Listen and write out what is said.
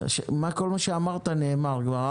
כל מה שאמרת נאמר כבר.